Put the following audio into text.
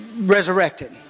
resurrected